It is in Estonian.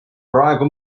praegu